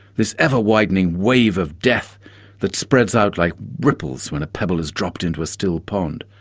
this ever-widening weave of death that spreads out like ripples when a pebble is dropped into a still pond?